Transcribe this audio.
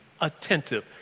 attentive